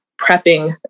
prepping